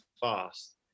fast